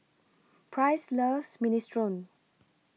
Price loves Minestrone